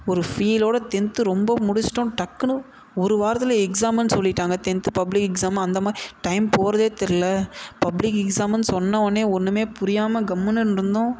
ஒரு ஃபீலோடு தென்த்து ரொம்ப முடிச்சுட்டோம் டக்குனு ஒரு வாரத்தில் எக்ஸாமுன்னு சொல்லிவிட்டாங்க தென்த்து பப்ளிக் எக்ஸாம் அந்த மா டைம் போகிறதே தெரில பப்ளிக் எக்ஸாமுன்னு சொன்னவொடனே ஒன்றுமே புரியாமல் கம்முனு நின்றிருந்தோம்